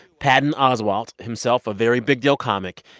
patton oswalt, himself a very big-deal comic,